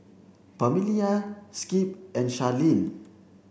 Pamelia Skip and Charleen